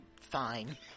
Fine